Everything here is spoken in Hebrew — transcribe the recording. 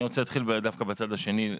אני רוצה להתחיל דווקא בצד השני.